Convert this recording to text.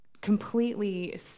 completely